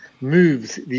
moves